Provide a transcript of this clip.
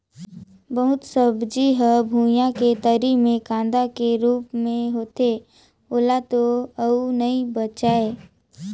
बहुत सब्जी हर भुइयां के तरी मे कांदा के रूप मे होथे ओला तो अउ नइ बचायें